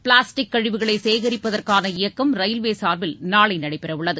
plastic கழிவுகளை சேகரிப்பதற்கான இயக்கம் ரயில்வே சார்பில் நாளை நடைபெறவுள்ளது